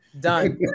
Done